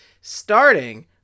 starting